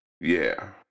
Yeah